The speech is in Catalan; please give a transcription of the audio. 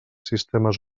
sistemes